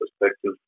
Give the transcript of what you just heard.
perspective